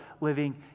living